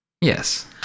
Yes